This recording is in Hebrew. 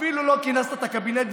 אפילו לא כינסת את הקבינט.